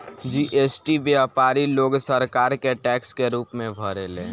GST व्यापारी लोग सरकार के टैक्स के रूप में भरेले